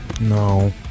No